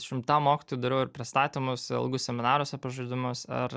šimtam mokytojų dariau ir pristatymus ilgus seminarus apie žaidimus ir